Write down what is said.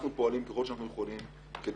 אנחנו פועלים ככל שאנחנו יכולים על